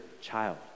child